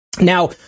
Now